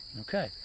Okay